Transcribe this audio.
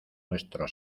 nuestro